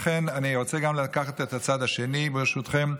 אני רוצה גם לקחת את הצד השני, ברשותכם.